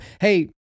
Hey